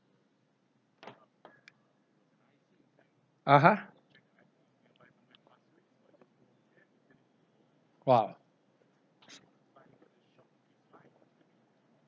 (uh huh) !wow!